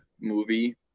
movie